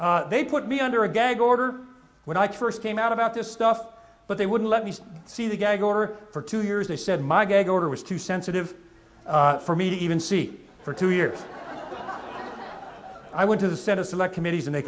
up they put me under a gag order when i first came out about this stuff but they wouldn't let me see the gag order for two years they said my gag order was too sensitive for me to even see for two years i went to the senate select committees and they